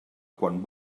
quan